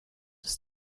ist